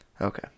Okay